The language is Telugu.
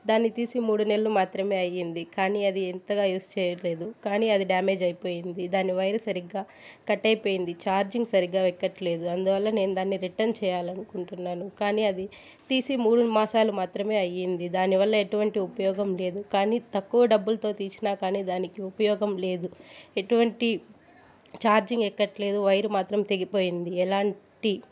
దాన్ని తీసి మూడు నెలలు మాత్రమే అయింది కానీ అది ఎంతగా యూస్ చేయలేదు కానీ అది డ్యామేజ్ అయిపోయింది దాని వైరు సరిగ్గా కట్ అయిపోయింది ఛార్జింగ్ సరిగ్గా ఎక్కట్లేదు అందువల్ల నేను దాన్ని రిటర్న్ చేయాలనుకుంటున్నాను కానీ అది తీసి మూడు మాసాలు మాత్రమే అయ్యింది దానివల్ల ఎటువంటి ఉపయోగం లేదు కానీ తక్కువ డబ్బులతో తీసినా కానీ దానికి ఉపయోగం లేదు ఎటువంటి చార్జింగ్ ఎక్కట్లేదు వైర్ మాత్రం తెగిపోయింది ఎలాంటి